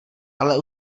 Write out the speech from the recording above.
ale